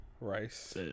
Rice